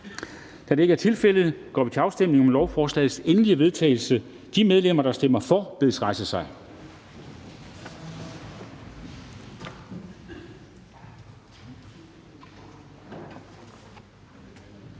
Dam Kristensen): Der stemmes om lovforslagets endelige vedtagelse. De medlemmer, der stemmer for, bedes rejse sig. Tak.